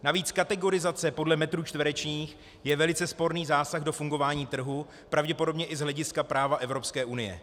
Navíc kategorizace podle metrů čtverečních je velice sporný zásah do fungování trhu, pravděpodobně i z hlediska práva Evropské unie.